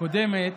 בפעם הקודמת